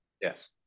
Yes